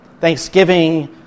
Thanksgiving